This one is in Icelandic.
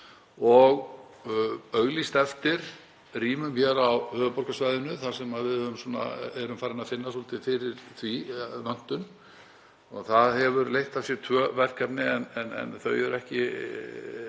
og auglýst eftir rýmum hér á höfuðborgarsvæðinu þar sem við erum farin að finna svolítið fyrir vöntun. Það hefur leitt af sér tvö verkefni en þau eru ekki